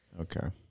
Okay